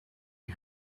you